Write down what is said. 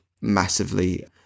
massively